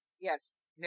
Yes